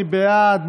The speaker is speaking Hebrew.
מי בעד?